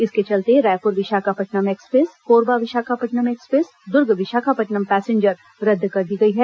इसके चलते Raipur Visakhapatnam express Korba Visakhapatnam express Durg Visakhapatnam passenger रद्द कर दी गई है